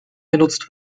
genutzt